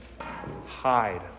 hide